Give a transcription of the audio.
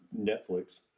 Netflix